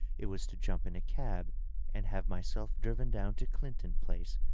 it was to jump in a cab and have myself driven down to clinton place,